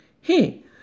Hey